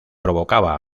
provocaba